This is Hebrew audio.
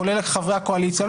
כולל חברי הקואליציה,